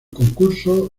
concurso